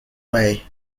way